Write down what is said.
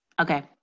Okay